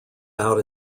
out